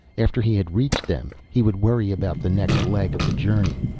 after he had reached them, he would worry about the next leg of the journey.